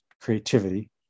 creativity